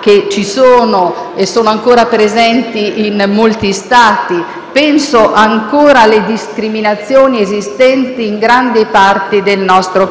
che ci sono e sono ancora presenti in molti Stati; penso, ancora, alle discriminazioni esistenti in grande parte del nostro